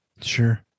Sure